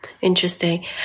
Interesting